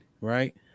right